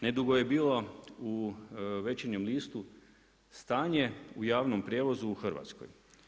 Nedugo je bilo u Večernjem listu stanje u javnom prijevozu u Hrvatskoj.